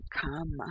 come